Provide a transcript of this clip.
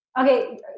Okay